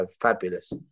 fabulous